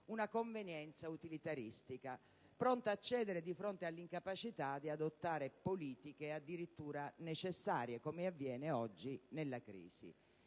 una convenienza utilitaristica, pronta a cedere di fronte all'incapacità di adottare politiche addirittura necessarie, come avviene oggi nella crisi.